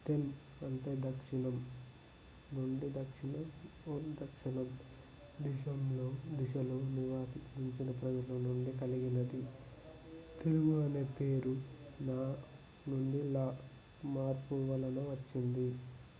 తెల్ అంటే దక్షిణం నుండి దక్షిణ దక్షణం దేశంలో దిశలో నివాసిస్తున్న ప్రజల నుండి కలిగినది తెలుగు అనే పేరు నా నుడుల మార్పు వలన వచ్చింది